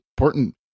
important